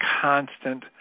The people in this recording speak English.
constant